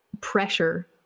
pressure